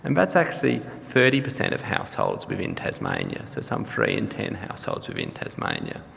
and that's actually thirty per cent of households within tasmania. so, some three in ten households within tasmania.